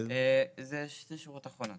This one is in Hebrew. זה שתי שורות אחרונות.